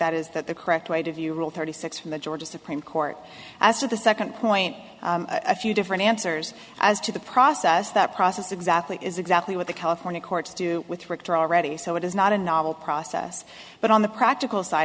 that is that the correct way to view rule thirty six from the georgia supreme court as to the second point i few different answers as to the process that process exactly is exactly what the california courts do with richter already so it is not a novel process but on the practical side